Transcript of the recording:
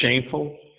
shameful